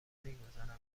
میگذرن، بدون